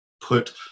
put